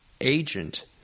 agent